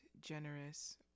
generous